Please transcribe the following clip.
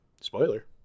Spoiler